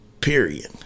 period